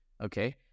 Okay